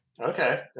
Okay